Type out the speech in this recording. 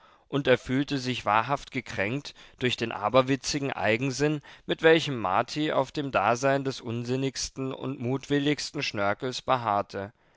und er fühlte sich wahrhaft gekränkt durch den aberwitzigen eigensinn mit welchem marti auf dem dasein des unsinnigsten und mutwilligsten schnörkels beharrte